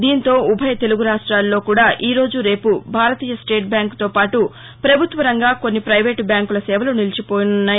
దీంతో ఉభయ తెలుగు రాష్ట్రాల్లో కూడా ఈరోజు రేపు భారతీయ స్లేట్ బ్యాంక్తో పాటు ప్రభుత్వరంగ కొన్ని పైవేటు బ్యాంకుల సేవలు నిలిచిపోనున్నాయి